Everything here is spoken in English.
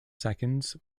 seconds